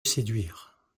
séduire